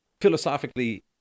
philosophically